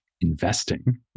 investing